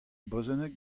brezhoneg